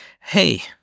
Hey